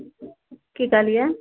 की कहलियै